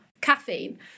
caffeine